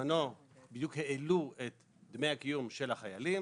בזמנו בדיוק העלו את דמי הקיום של החיילים